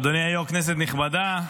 אדוני היו"ר, כנסת נכבדה,